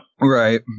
Right